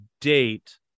date